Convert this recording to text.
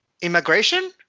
Immigration